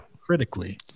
critically